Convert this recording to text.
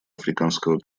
африканского